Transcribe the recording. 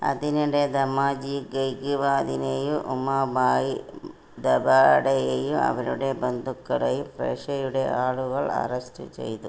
അതിനിടെ ദാമാജി ഗെയ്ക്വാഡിനെയും ഉമാബായി ദഭാഡെയെയും അവരുടെ ബന്ധുക്കളെയും പേഷ്വയുടെ ആളുകൾ അറസ്റ്റ് ചെയ്തു